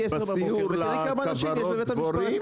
בבוקר ותראי כמה אנשים יש בבית המשפט.